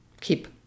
Keep